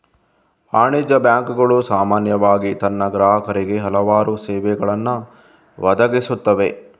ವಾಣಿಜ್ಯ ಬ್ಯಾಂಕುಗಳು ಸಾಮಾನ್ಯವಾಗಿ ತನ್ನ ಗ್ರಾಹಕರಿಗೆ ಹಲವಾರು ಸೇವೆಗಳನ್ನು ಒದಗಿಸುತ್ತವೆ